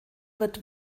wird